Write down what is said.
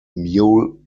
mule